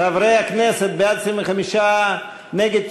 חברי הכנסת, בעד, 25, נגד,